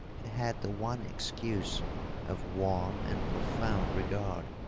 had had the one excuse of warm and profound regard.